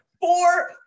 Four